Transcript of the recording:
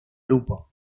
grupo